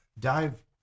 dive